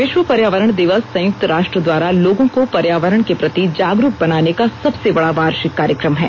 विश्व पर्यावरण दिवस संयुक्त राष्ट्र द्वारा लोगों को पर्यावरण के प्रति जागरूक बनाने का सबसे बड़ा वार्षिक कार्यक्रम है